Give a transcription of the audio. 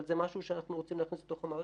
אבל זה משהו שאנחנו רוצים לעשות בתוך המערכת.